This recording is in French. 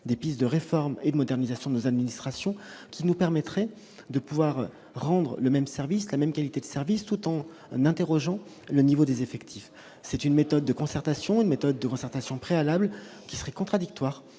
des pistes de réforme et de modernisation des administrations qui nous permettrait de pouvoir rendre le même service, la même qualité de service tout on n'interrogeant le niveau des effectifs, c'est une méthode de concertation, une méthode de concertation préalables qui serait contradictoire